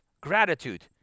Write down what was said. gratitude